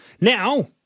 now